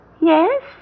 Yes